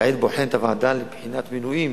כעת בוחנת הוועדה לבחינת מינויים